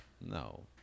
No